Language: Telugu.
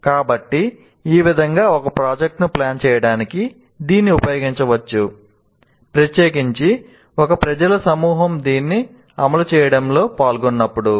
కాబట్టి ఆ విధంగా ఒక ప్రాజెక్ట్ను ప్లాన్ చేయడానికి దీనిని ఉపయోగించవచ్చు ప్రత్యేకించి ఒక ప్రజల సమూహం దీన్ని అమలు చేయడంలో పాల్గొన్నప్పుడు